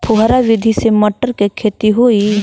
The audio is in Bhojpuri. फुहरा विधि से मटर के खेती होई